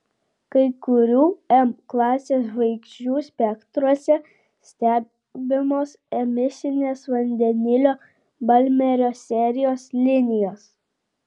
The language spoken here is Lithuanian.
kai kurių m klasės žvaigždžių spektruose stebimos emisinės vandenilio balmerio serijos linijos